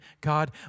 God